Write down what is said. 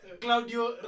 Claudio